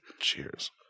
Cheers